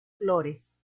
flores